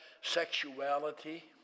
sexuality